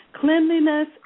Cleanliness